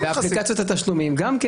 באפליקציות התשלומים, גם כן.